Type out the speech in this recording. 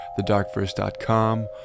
thedarkverse.com